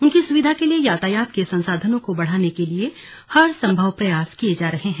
उनकी सुविधा के लिए यातायात के संसाधनों को बढ़ाने के लिए हर सम्भव प्रयास किये जा रहे हैं